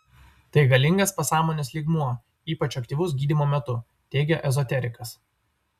tai galingas pasąmonės lygmuo ypač aktyvus gydymo metu teigia ezoterikas